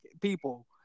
people